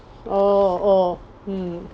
oh oh mm